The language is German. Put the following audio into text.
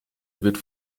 wird